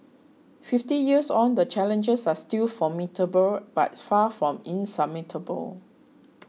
fifty years on the challenges are still formidable but far from insurmountable